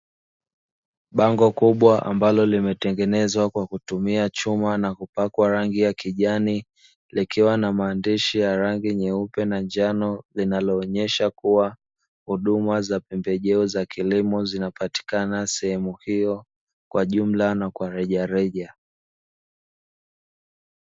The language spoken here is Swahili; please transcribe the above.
Bango kubwa ambalo limetengenezwa kwa kutumia chuma na kupakwa rangi ya kijani, likiwa na maandishi ya rangi nyeupe na njano, linaloonyesha kuwa huduma za pembejeo za kilimo zinapatikana sehemu hiyo kwa jumla na kwa rejareja.